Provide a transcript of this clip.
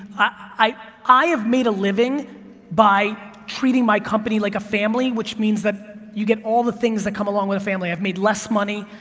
i've made a living by treating my company like a family, which means that you get all the things that come along with a family, i've made less money,